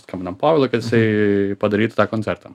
skambinam povilui kad jisai padarytų tą koncertą